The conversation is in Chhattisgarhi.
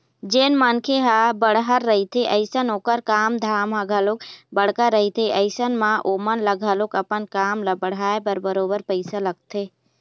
जेन मनखे ह बड़हर रहिथे अइसन ओखर काम धाम ह घलोक बड़का रहिथे अइसन म ओमन ल घलोक अपन काम ल बढ़ाय बर बरोबर पइसा लगथे